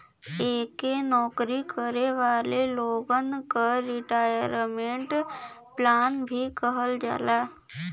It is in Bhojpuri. एके नौकरी करे वाले लोगन क रिटायरमेंट प्लान भी कहल जाला